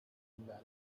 invalid